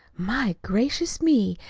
my gracious me!